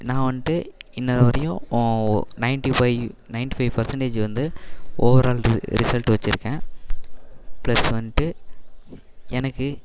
நான் வந்துட்டு இன்னி வரையும் ஒ ninety five ninety five percentage வந்து ஓவரால் ரிசல்ட் வச்சுருக்கேன் பிளஸ் வந்து எனக்கு